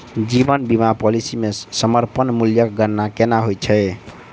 जीवन बीमा पॉलिसी मे समर्पण मूल्यक गणना केना होइत छैक?